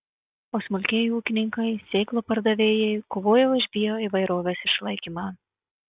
o smulkieji ūkininkai sėklų pardavėjai kovoja už bioįvairovės išlaikymą